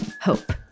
Hope